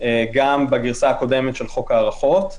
גם בגרסה הקודמת של חוק ההארכות,